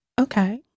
okay